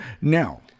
Now